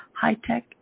high-tech